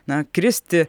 na kristi